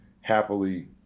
happily